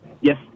yes